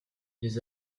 ils